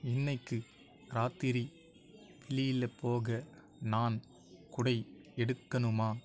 இன்றைக்கு ராத்திரி வெளியில் போக நான் குடை எடுக்கணுமா